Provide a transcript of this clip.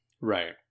Right